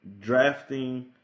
drafting